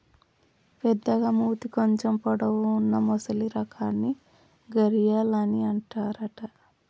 పెద్దగ మూతి కొంచెం పొడవు వున్నా మొసలి రకాన్ని గరియాల్ అని అంటారట